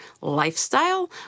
lifestyle